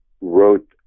wrote